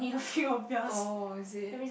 oh is it